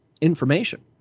information